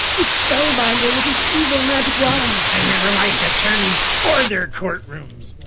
it's spellbinder with his evil magic wand i never liked attorneys or their courtrooms?